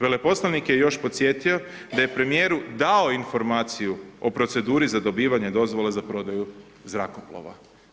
Veleposlanik je još podsjetio da je premijeru dao informaciju o proceduri za dobivanje dozvole za prodaju zrakoplova.